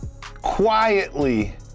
quietly